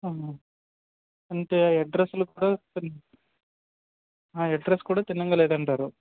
అంటే అడ్రస్సులు ఇప్పుడు అడ్రస్ కూడా తిన్నగా లేదంటారు